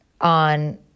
on